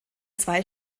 zwei